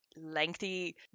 lengthy